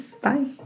Bye